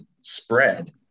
spread